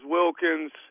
Wilkins